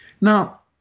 Now